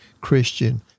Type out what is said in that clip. Christian